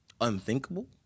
unthinkable